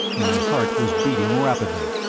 my heart was beating rapidly.